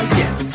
yes